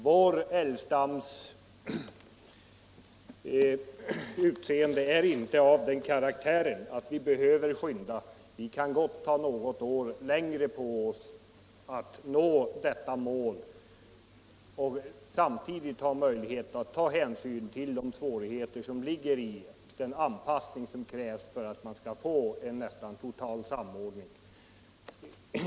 Vår älgstams utseende är inte av den karaktären att vi behöver skynda. Vi kan gott ta något år till på oss och ändå ha möjlighet att beakta de svårigheter som är förenade med den anpassning som krävs för att få till stånd en nästan total samordning.